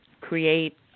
create